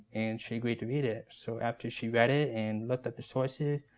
and she agreed to read it. so after she read it and looked at the sources,